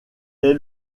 est